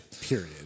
Period